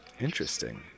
Interesting